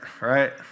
right